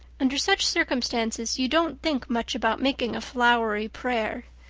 under such circumstances you don't think much about making a flowery prayer.